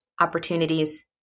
opportunities